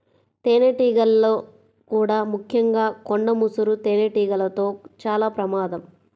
తేనెటీగల్లో కూడా ముఖ్యంగా కొండ ముసురు తేనెటీగలతో చాలా ప్రమాదం